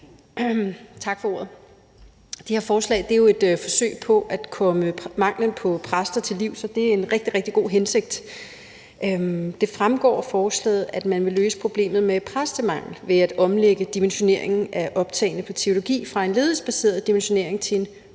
Tak for ordet. Det her forslag er et forsøg på at komme manglen på præster til livs, og det er en rigtig, rigtig god hensigt. Det fremgår af forslaget, at man vil løse problemet med præstemangel ved at omlægge dimensioneringen af optagne på teologiuddannelsen fra en ledighedsbaseret dimensionering til en